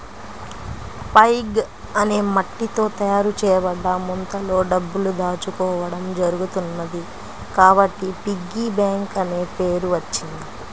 pig అనే మట్టితో తయారు చేయబడ్డ ముంతలో డబ్బులు దాచుకోవడం జరుగుతున్నది కాబట్టి పిగ్గీ బ్యాంక్ అనే పేరు వచ్చింది